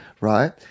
right